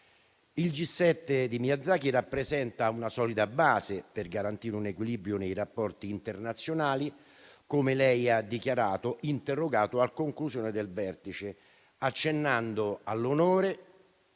Il G7 di Miyazaki rappresenta una solida base per garantire un equilibrio nei rapporti internazionali, come ha dichiarato il Ministro, interrogato alla conclusione del vertice, accennando all'onore